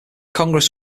congress